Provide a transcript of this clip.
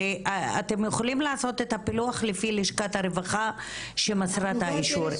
הרי אתם יכולים לעשות את הפילוח לפי לשכת הרווחה שמסרה את האישור.